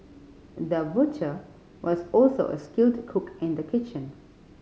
the butcher was also a skilled cook in the kitchen